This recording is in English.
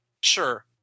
Sure